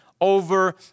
over